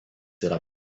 yra